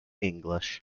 english